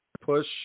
push